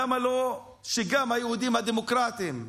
למה לא גם היהודים הדמוקרטים?